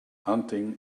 hunting